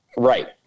Right